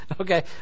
Okay